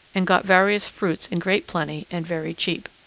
and got various fruits in great plenty, and very cheap.